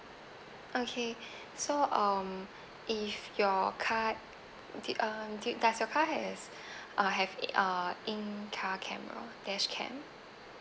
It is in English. okay so um if your card did um did does your car has uh have uh in car camera dashcam